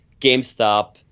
GameStop